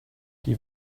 die